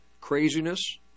craziness